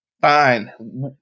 Fine